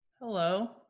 Hello